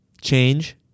change